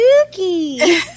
Spooky